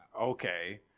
okay